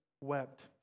wept